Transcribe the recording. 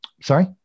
Sorry